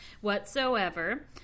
whatsoever